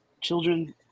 children